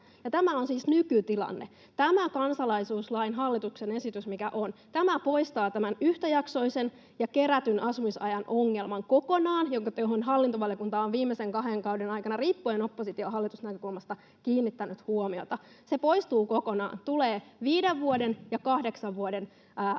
Tämä on siis nykytilanne. Tämä hallituksen esitys kansalaisuuslain muuttamisesta poistaa tämän yhtäjaksoisen ja kerätyn asumisajan ongelman kokonaan, johon hallintovaliokunta on viimeisen kahden kauden aikana, riippuen opposition ja hallituksen näkökulmasta, kiinnittänyt huomiota. Se poistuu kokonaan. Tulee viiden vuoden ja kahdeksan vuoden ajat,